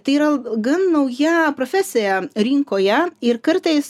tai yra gan nauja profesija rinkoje ir kartais